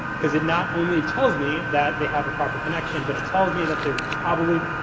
because it not only tells me that they have a proper connection, but it tells me that they're probably,